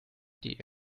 die